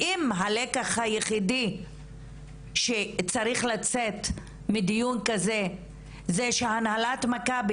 ואם הלקח היחידי שצריך לצאת מדיון כזה זה שהנהלת מכבי